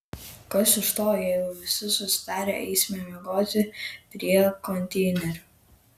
kas iš to jeigu visi susitarę eisime miegoti prie konteinerių